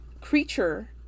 creature